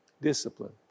Discipline